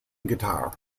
guitar